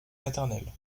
maternelle